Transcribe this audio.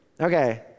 Okay